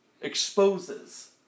exposes